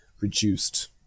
reduced